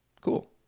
Cool